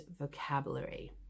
vocabulary